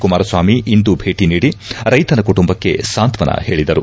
ಕುಮಾರಸ್ವಾಮಿ ಇಂದು ಭೇಟಿ ನೀಡಿ ರೈತನ ಕುಟುಂಬಕ್ಕೆ ಸಾಂತ್ವನ ಹೇಳಿದರು